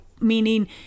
meaning